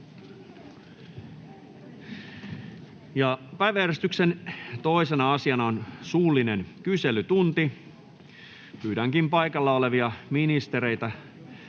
Päiväjärjestyksen 2. asiana on suullinen kyselytunti. Pyydänkin paikalla olevia ministereitä